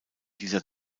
dieser